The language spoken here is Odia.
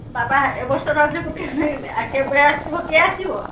ବାପା ଏବର୍ଷ ରଜକୁ କେବେ ଆସିବ କିଏ ଆସିବ